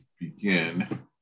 begin